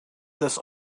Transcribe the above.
this